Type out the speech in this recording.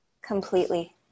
Completely